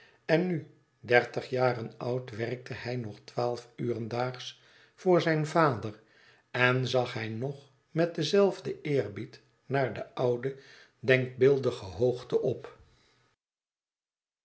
en nu dertig jaren oud werkte hij nog twaalf uren daags voor zijn vader en zag hij nog met denzelfd cn eerbied naar de oude denkbeeldige hoogte op